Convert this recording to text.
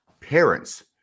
parents